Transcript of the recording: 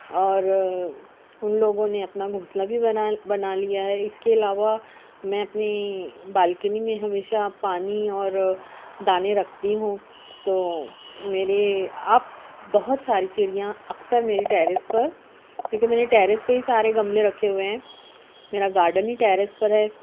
اور اُن لوگوں نے اپنا گھونسلہ بھی بنا بنا لیا ہے اِس کے علاوہ میں اپنی بالکنی میں ہمیشہ پانی اور دانے رکھتی ہوں تو میرے اب بہت ساری چڑیاں اکثر میری ٹیرس پر کیونکہ میں نے ٹیرس پہ ہی سارے گملے رکھے ہوئے ہیں میرا گارڈن ہی ٹیرس پر ہے